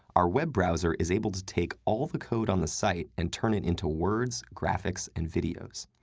our web browser is able to take all the code on the site and turn it into words, graphics, and videos.